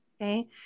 Okay